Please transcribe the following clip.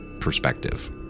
perspective